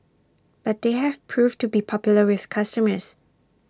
but they have proved to be popular with customers